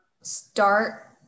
start